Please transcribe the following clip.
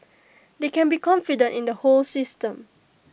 they can be confident in the whole system